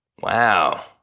Wow